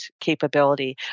capability